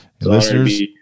Listeners